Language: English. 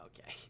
okay